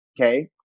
okay